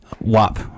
Wop